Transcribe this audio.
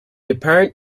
apparent